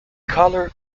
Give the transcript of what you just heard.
color